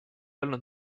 olnud